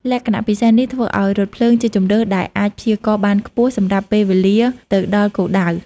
លក្ខណៈពិសេសនេះធ្វើឱ្យរថភ្លើងជាជម្រើសដែលអាច ព្យាករណ៍បានខ្ពស់ សម្រាប់ពេលវេលាទៅដល់គោលដៅ។